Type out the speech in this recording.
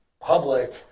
public